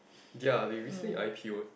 ya they recently I_P_Oed